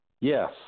Yes